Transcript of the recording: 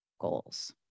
goals